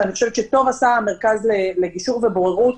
ואני חושבת שטוב עשה המרכז לגישור ובוררות,